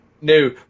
no